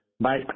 Bye